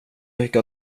mycket